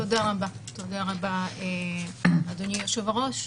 תודה רבה, אדוני היושב-ראש.